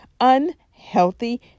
unhealthy